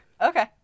okay